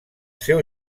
seu